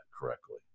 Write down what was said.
correctly